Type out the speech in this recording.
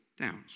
downs